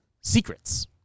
Secrets